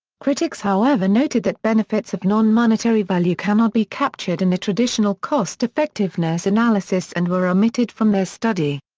critics however noted that benefits of non-monetary value cannot be captured in a traditional cost effectiveness analysis and were omitted from their study.